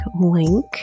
link